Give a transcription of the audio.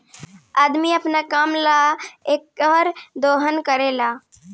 अदमी अपना काम ला एकर दोहन करेला